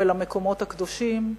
ולמקומות הקדושים,